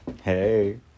hey